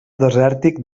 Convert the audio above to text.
desèrtic